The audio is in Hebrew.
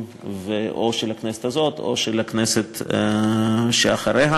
או של הכנסת הזאת או של הכנסת שתהיה אחריה.